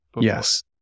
Yes